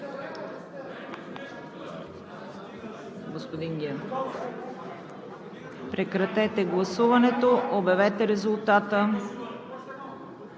Благодаря